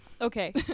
Okay